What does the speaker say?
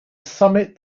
summit